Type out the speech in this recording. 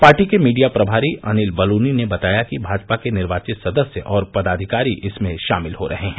party के media प्रभारी अनिल बलूनी ने बताया कि भाजपा के निर्वाचित सदस्य और पदाधिकारी इसमें शामिल हो रहे हैं